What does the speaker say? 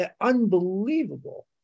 unbelievable